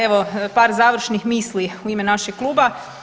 Evo, par završnih misli u ime našeg Kluba.